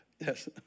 Yes